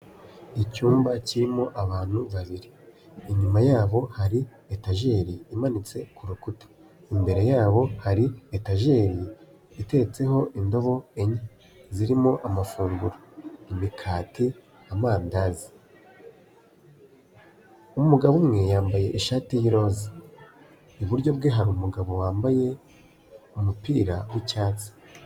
Icyumba kirimo abantu babiri, inyuma yabo hari etajeri imanitse ku rukuta, imbere yabo hari etajeri iteretseho indobo enye zirimo amafunguro; imikati, amandazi. Umugabo umwe yambaye ishati y'iroza iburyo bwe hari umugabo wambaye umupira w'icyatsi.